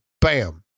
Bam